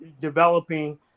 developing